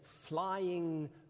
flying